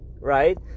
right